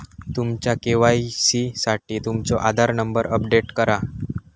तुमच्या के.वाई.सी साठी तुमचो आधार नंबर अपडेट करा